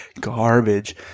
garbage